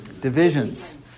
Divisions